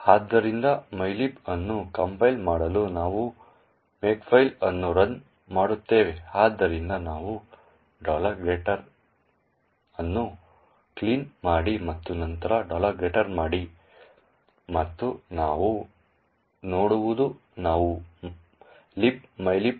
ಆದ್ದರಿಂದ ಮೈಲಿಬ್ ಅನ್ನು ಕಂಪೈಲ್ ಮಾಡಲು ನಾವು ಮೇಕ್ಫೈಲ್ ಅನ್ನು ರನ್ ಮಾಡುತ್ತೇವೆ ಆದ್ದರಿಂದ ನಾವು ಅನ್ನು ಕ್ಲೀನ್ ಮಾಡಿ ಮತ್ತು ನಂತರ ಮಾಡಿ ಮತ್ತು ನಾವು ನೋಡುವುದು ನಾವು libmylib